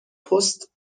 پست